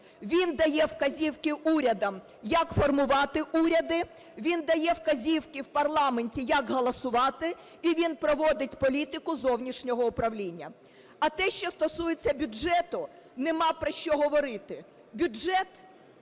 Він дає вказівки урядам, як формувати уряди, він дає вказівки в парламенті, як голосувати, і він проводить політику зовнішнього управління. А те, що стосується бюджету, нема про що говорити. Бюджет